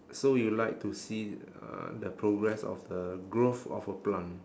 so you like to see uh the progress of the growth of a plant